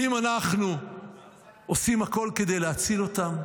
אם אנחנו עושים הכול כדי להציל אותם.